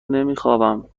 نمیخوابم